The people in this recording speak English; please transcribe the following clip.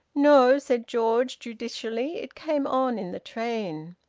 no, said george judicially. it came on in the train.